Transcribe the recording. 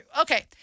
Okay